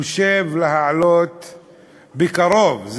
חושב להעלות בקרוב,